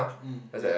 mm ya